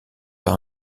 par